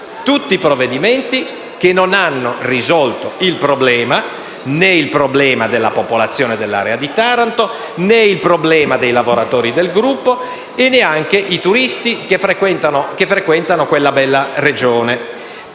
tutti provvedimenti che non hanno risolto il problema (né quello della popolazione dell'area di Taranto, né quello dei lavoratori del gruppo e neanche quello dei turisti che frequentano quella bella Regione)